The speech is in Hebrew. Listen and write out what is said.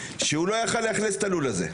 שהוא לא היה יכול לאכלס את הלול הזה.